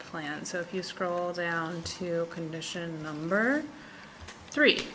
plan so if you scroll down to condition number three